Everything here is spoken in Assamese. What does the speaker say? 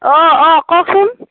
অ অ কওকচোন